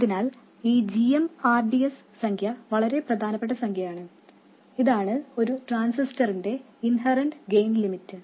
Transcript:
അതിനാൽ ഈ gmrds സംഖ്യ വളരെ പ്രധാനപ്പെട്ട സംഖ്യയാണ് ഇതാണ് ഒരു ട്രാൻസിസ്റ്ററിന്റെ ഇൻഹെറന്റ് ഗെയിൻ ലിമിറ്റ്